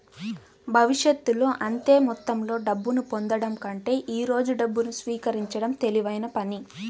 భవిష్యత్తులో అంతే మొత్తంలో డబ్బును పొందడం కంటే ఈ రోజు డబ్బును స్వీకరించడం తెలివైన పని